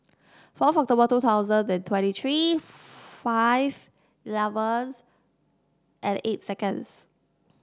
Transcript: fourth October two thousand and twenty three five eleven and eight seconds